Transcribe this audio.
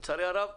לצערי הרב,